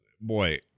boy